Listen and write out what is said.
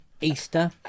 easter